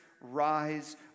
rise